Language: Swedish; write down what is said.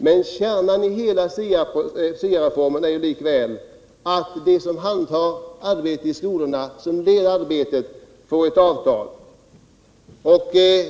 Men kärnan i SIA-reformen är likväl att de som har hand om arbetet i skolan får ett avtal.